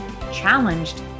challenged